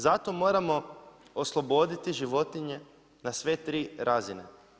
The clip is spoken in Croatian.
Zato moramo osloboditi životinje na sve 3 razine.